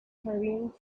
hurrying